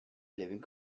living